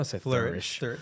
flourish